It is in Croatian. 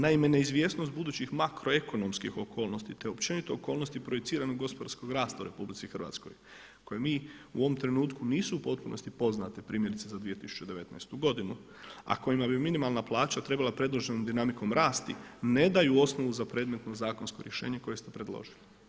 Naime neizvjesnost budućih makroekonomskih okolnosti te općenito okolnosti te općenito okolnosti projiciranog gospodarskog rasta u RH koje mi u ovom trenutku nisu u potpunosti poznate primjerice za 2019. godinu a kojima bi minimalna plaća trebala predloženom dinamikom rasti ne daju osnovu za predmetno zakonsko rješenje koje ste predložili.